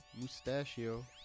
mustachio